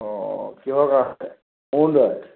অ' কিহৰ কাৰণে কোন যায়